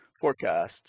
forecast